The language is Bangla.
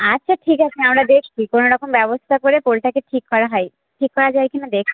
আচ্ছা ঠিক আছে আমরা দেখছি কোনো রকম ব্যবস্থা করে পোলটাকে ঠিক করা হয় ঠিক করা যায় কি না দেখ